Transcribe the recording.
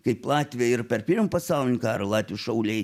kaip latviai ir per pirmą pasaulinį karą latvių šauliai